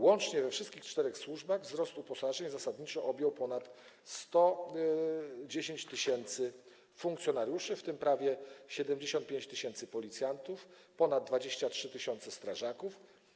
Łącznie we wszystkich czterech służbach wzrost uposażeń objął zasadniczo ponad 110 tys. funkcjonariuszy, w tym prawie 75 tys. policjantów, ponad 23 tys. strażaków.